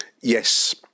Yes